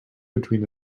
between